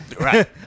Right